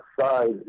side